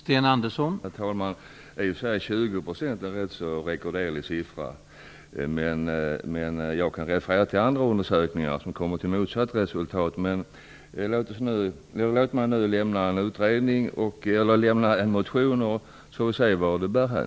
Herr talman! 20 % är i och för sig också en ganska rekorderlig siffra. Men jag kan referera till andra undersökningar som har kommit till motsatt resultat. Låt mig nu lämna in en motion, så får vi se vart det bär hän.